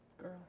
Girl